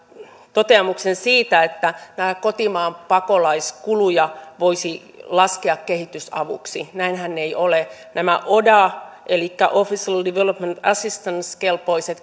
toteamuksen siitä että näitä kotimaan pakolaiskuluja voisi laskea kehitysavuksi näinhän ei ole näihin oda elikkä official development assistance kelpoisiin